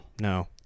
No